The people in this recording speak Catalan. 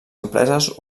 empreses